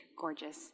gorgeous